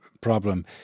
problem